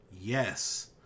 Yes